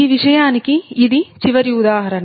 ఈ విషయానికి ఇది చివరి ఉదాహరణ